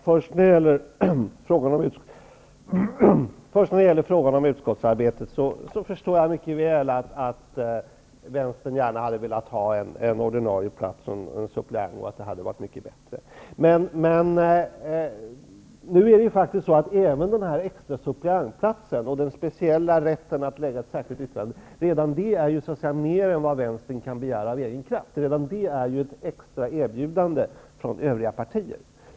Herr talman! Först till frågan om utskottsarbetet. Jag förstår mycket väl att Vänstern gärna hade velat ha en ordinarie suppleantplats, och att det hade varit mycket bättre. Men även den extrasuppleantplatsen och den speciella rätten att lägga ett särskilt yttrande redan är mer än vad Vänstern kan begära av egen kraft. Redan det är ett extra erbjudande från övriga partier.